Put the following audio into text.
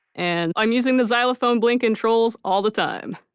and i'm using the xylophone blink in trolls all the time